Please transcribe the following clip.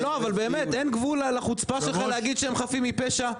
באמת, אין גבול לחוצפה שלך להגיד שהם חפים מפשע?